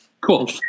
Cool